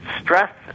stress